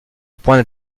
point